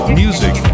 music